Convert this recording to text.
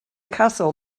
castle